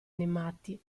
animati